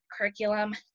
curriculum